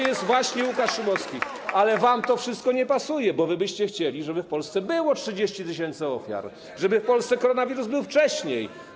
jest właśnie Łukasz Szumowski, ale wam to wszystko nie pasuje, bo wy byście chcieli, żeby w Polsce było 30 tys. ofiar, żeby w Polsce koronawirus był wcześniej.